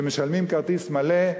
שמשלמים מחיר כרטיס מלא,